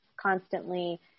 constantly